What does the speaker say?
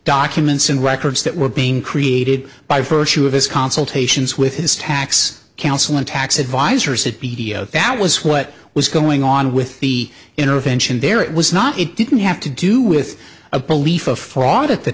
documents and records that were being created by virtue of his consultations with his tax counsel and tax advisors that b t o that was what was going on with the intervention there it was not it didn't have to do with a belief a fraud at the